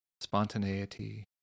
spontaneity